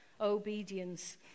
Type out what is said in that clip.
obedience